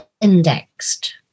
indexed